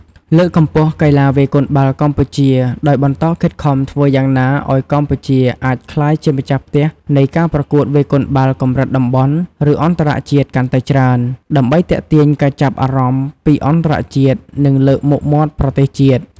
លើកកម្ពស់កីឡាវាយកូនបាល់កម្ពុជា ដោយបន្តខិតខំធ្វើយ៉ាងណាឱ្យកម្ពុជាអាចក្លាយជាម្ចាស់ផ្ទះនៃការប្រកួតវាយកូនបាល់កម្រិតតំបន់ ឬអន្តរជាតិកាន់តែច្រើន ដើម្បីទាក់ទាញការចាប់អារម្មណ៍ពីអន្តរជាតិ និងលើកមុខមាត់ប្រទេសជាតិ។